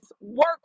work